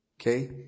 Okay